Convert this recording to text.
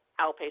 outpatient